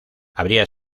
habría